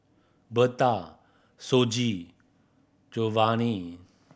Bertha Shoji Jovanni